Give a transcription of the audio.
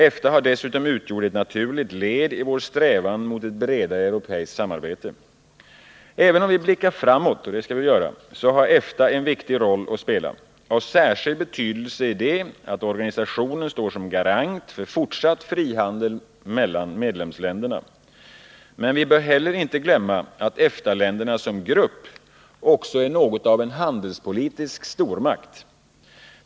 EFTA har dessutom utgjort ett naturligt led i vår strävan mot ett bredare europeiskt samarbete. Även när vi blickar framåt — och det skall vi göra — har EFTA en viktig roll att spela. Av särskild betydelse är att organisationen står som garant för fortsatt frihandel mellan medlemsländerna. Men vi bör heller inte glömma att EFTA-länderna som grupp också är något av en handelspolitisk stormakt.